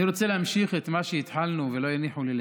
אני רוצה להמשיך את מה שהתחלנו ולא הניחו לי לסיים,